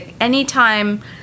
Anytime